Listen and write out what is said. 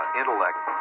intellect